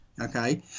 okay